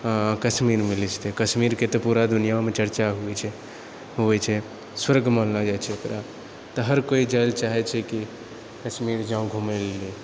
कश्मीर मिलैत छै तऽ कश्मीरके तऽ पूरा दुनिआमे चर्चा होइत छै होइत छै स्वर्ग मानलो जाइत छै ओकरा तऽ हर कोइ जाइ लए चाहैत छै कि कश्मीर जाउ घुमए लए